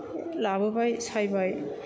लाबोबाय सायबाय